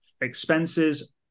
expenses